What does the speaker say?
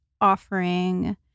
offering